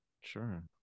Sure